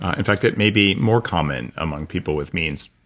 ah in fact, it may be more common among people with means